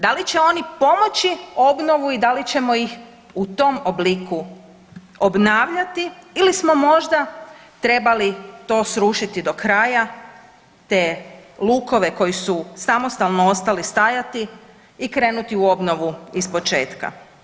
Da li će oni pomoći obnovu i da li ćemo ih u tom obliku obavljati ili smo možda trebali to srušiti do kraja, te lukove koji su samostalno ostali stajati i krenuti u obnovu iz početka.